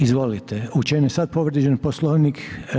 Izvolite, u čem je sad povrijeđen Poslovnik?